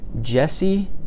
Jesse